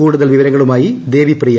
കൂടുതൽ വിവരങ്ങളുമാട്ടി ദേവി പ്രിയ